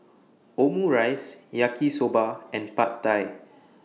Omurice Yaki Soba and Pad Thai